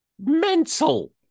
mental